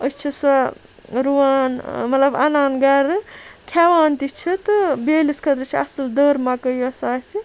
أسۍ چھِ سۄ رُوان مَطلَب اَنان گَرٕ کھیٚوان تہٕ چھِ تہٕ بیٲلِس خٲطرٕ چھِ اَصل دٔر مَکٲے یۄس آسہِ